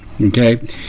okay